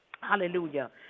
Hallelujah